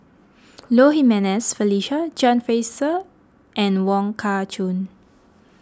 Low Jimenez Felicia John Fraser and Wong Kah Chun